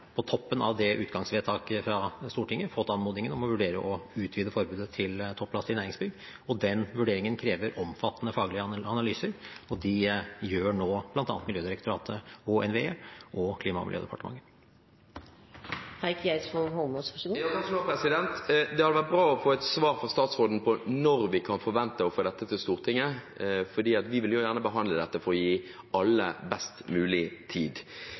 på toppen av det utgangsvedtaket fra Stortinget fått anmodning om å vurdere å utvide forbudet til topplast i næringsbygg, og den vurderingen krever omfattende faglige analyser, og de gjør nå bl.a. Miljødirektoratet, NVE og Klima- og miljødepartementet. Det hadde vært bra om vi kunne få et svar fra statsråden om når vi kan forvente å få dette til Stortinget, for vi vil gjerne behandle dette på best mulig måte. Ifølge Oslo kommunes klima- og energiplan står bruk av fyringsolje til oppvarming av bygg for